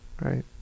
right